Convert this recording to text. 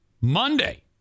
Monday